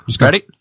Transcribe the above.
Ready